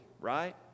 right